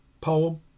poem